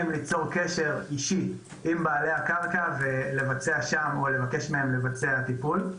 ליצור קשר אישי עם בעלי הקרקע ולבצע שם או לבקש מהם לבצע טיפול.